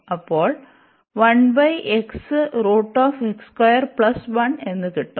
അപ്പോൾ എന്ന് കിട്ടും